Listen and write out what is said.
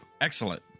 Excellent